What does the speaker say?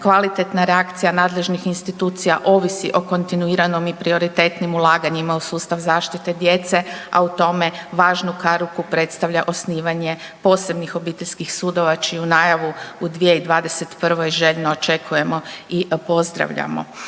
kvalitetna reakcija nadležnih institucija ovisi o kontinuiranom i prioritetnim ulaganjima u sustav zaštite djece, a u tome važnu kariku predstavlja osnivanje posebnih obiteljskih sudova čiju najavu u 2021. željno očekujemo i pozdravljamo